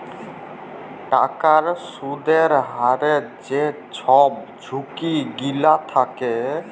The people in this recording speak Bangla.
টাকার সুদের হারের যে ছব ঝুঁকি গিলা থ্যাকে